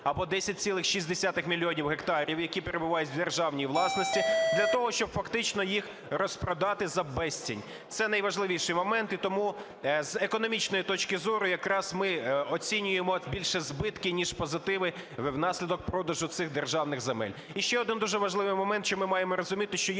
або 10,6 мільйона гектарів, які перебувають в державній власності, для того, щоб фактично їх розпродати за безцінь. Це найважливіший момент, і тому, з економічної точки зору, якраз ми оцінюємо більше збитки, ніж позитиви внаслідок продажу цих державних земель.